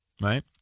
Right